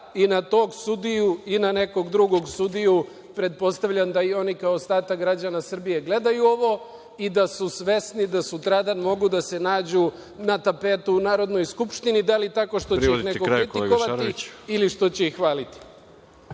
i na tog sudiju, i na nekog drugog sudiju? Pretpostavljam da i oni, kao i ostatak građana Srbije, gledaju ovo i da su svesni da sutradan mogu da se nađu na tapetu u Narodnoj skupštini, da li tako što će ih neko kritikovati ili što će ih hvaliti.